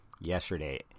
yesterday